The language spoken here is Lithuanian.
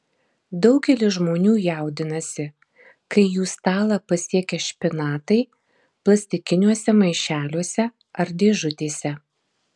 daugelis žmonių jaudinasi kai jų stalą pasiekia špinatai plastikiniuose maišeliuose ar dėžutėse